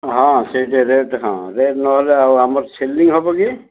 ହଁ ସେଇଟା ରେଟ୍ ହଁ ରେଟ୍ ନହେଲେ ଆଉ ଆମର ସେଲିଂ ହବ କି